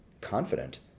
confident